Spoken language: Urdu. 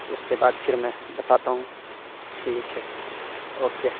اس کے بعد پھر میں بتاتا ہوں ٹھیک ہے اوکے